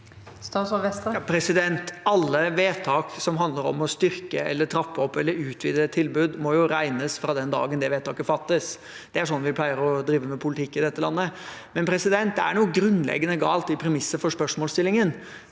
Alle ved- tak som handler om å styrke, trappe opp eller utvide et tilbud, må jo regnes fra den dagen vedtaket fattes. Det er slik vi pleier å drive med politikk i dette landet. Men det er noe grunnleggende galt i premisset for spørsmålsstillingen,